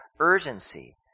urgency